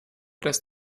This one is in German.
das